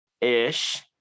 ish